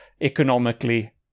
economically